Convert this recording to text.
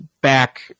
back